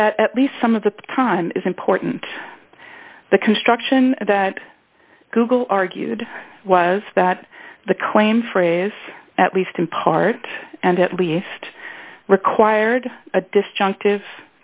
and that at least some of the time is important the construction that google argued was that the claimed phrase at least in part and at least required a disjunctive